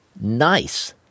nice